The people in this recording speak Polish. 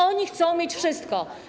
Oni chcą mieć wszystko.